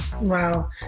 Wow